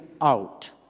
out